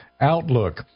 outlook